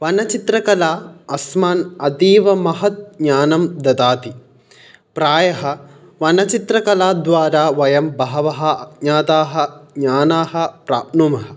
वनचित्रकला अस्मान् अतीवमहत्ज्ञानं ददाति प्रायः वनचित्रकलाद्वारा वयं बहवः अज्ञाताः ज्ञानाः प्राप्नुमः